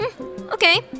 okay